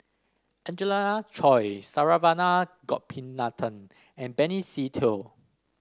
Angelina Choy Saravanan Gopinathan and Benny Se Teo